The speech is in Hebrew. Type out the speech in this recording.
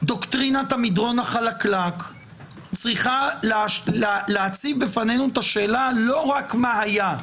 דוקטרינת המדרון החלקלק צריכה להציב בפנינו את השאלה לא רק מה היה,